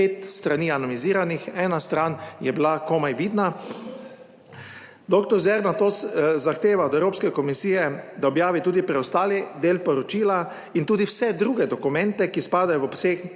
pet strani anomiziranih, ena stran je bila komaj vidna. Doktor Zver nato zahteva od Evropske komisije, da objavi tudi preostali del poročila in tudi vse druge dokumente, ki spadajo v obseg,